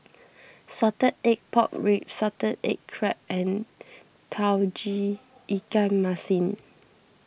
Salted Egg Pork Ribs Salted Egg Crab and Tauge Ikan Masin